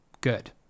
good